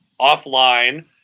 offline